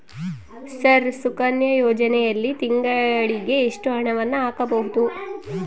Sir Sukanya ಯೋಜನೆಯಲ್ಲಿ ತಿಂಗಳಿಗೆ ಎಷ್ಟು ಹಣವನ್ನು ಹಾಕಬಹುದು?